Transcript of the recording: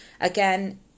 again